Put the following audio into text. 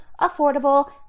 affordable